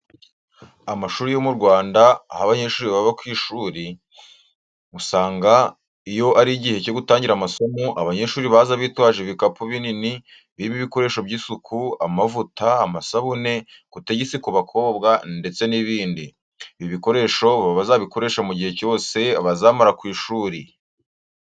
Amashuri yo mu Rwanda aho abanyeshuri baba ku ishuri, usanga iyo ari igihe cyo gutangira amasomo, abanyeshuri baza bitwaje ibikapu binini birimo ibikoresho by'isuku, amavuta, amasabune, kotegisi ku bakobwa, ndetse n'ibindi. Ibi bikoresho baba bazabikoresha mu gihe cyose bazamara ku ishuri.